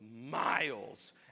miles